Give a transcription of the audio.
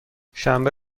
شنبه